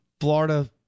Florida –